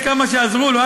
יש כמה שעזרו לו,